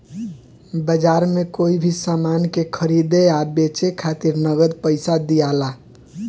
बाजार में कोई भी सामान के खरीदे आ बेचे खातिर नगद पइसा दियाला